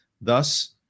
thus